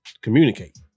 communicate